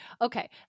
Okay